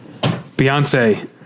Beyonce